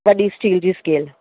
वॾी स्टील जी स्केल